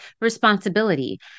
responsibility